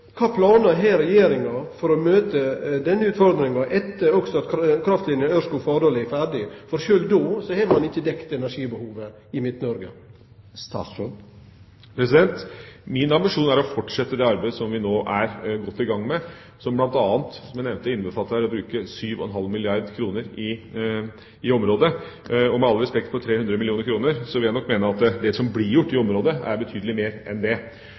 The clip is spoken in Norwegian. Regjeringa for å møte denne utfordringa, også etter at kraftlina Ørskog–Fardal er ferdig? For sjølv då har ein ikkje dekt energibehovet i Midt-Noreg. Min ambisjon er å fortsette det arbeidet som vi nå er godt i gang med, som bl.a. – som jeg nevnte – innbefatter å bruke 7,5 milliarder kr i området. Og med all respekt for 300 millioner kr, vil jeg nok mene at det som blirgjort i området, er betydelig mer enn det.